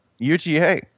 UGA